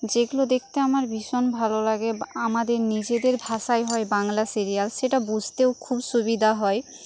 যেগুলো দেখতে আমার ভীষণ ভালো লাগে আমাদের নিজেদের ভাষাই হয় বাংলা সিরিয়াল সেটা বুঝতেও খুব সুবিধা হয়